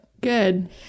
good